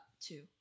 Two